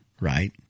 right